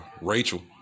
Rachel